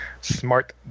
smart